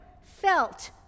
felt